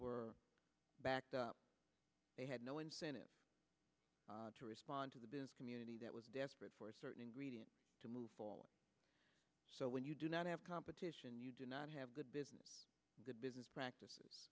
were backed up they had no incentive to respond to the business community that was desperate for certain ingredients to move forward so when you do not have competition you do not have good business the business